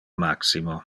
maximo